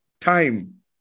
time